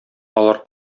алар